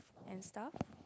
and stuff